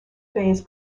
phase